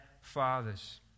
fathers